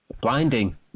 Blinding